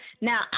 Now